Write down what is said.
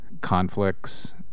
conflicts